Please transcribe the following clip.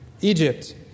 Egypt